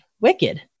Wicked